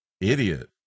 Idiot